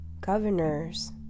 governors